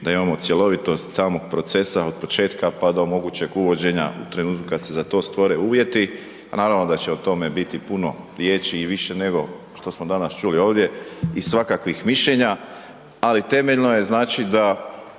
da imamo cjelovitost samog procesa od početka pa do mogućem uvođenja u trenutku kad se za to stvore uvjeti, a naravno da će o tome biti puno riječi i više nego što smo danas čuli ovdje i svakakvih mišljenja, ali temeljno je znači da